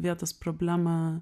vietos problemą